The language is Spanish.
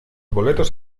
boletos